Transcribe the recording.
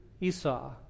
Esau